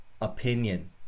opinion